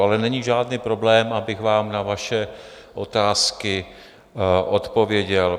Ale není žádný problém, abych vám na vaše otázky odpověděl.